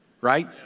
right